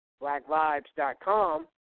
blackvibes.com